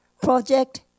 project